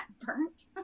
burnt